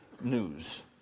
news